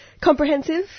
comprehensive